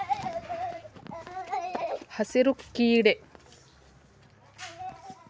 ಸೂರ್ಯಕಾಂತಿ ಬೆಳೆಗೆ ಭಾಳ ಹಾನಿ ಉಂಟು ಮಾಡೋ ಕೇಟ ಯಾವುದ್ರೇ?